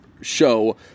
show